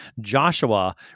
Joshua